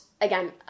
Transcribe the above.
again